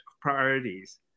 priorities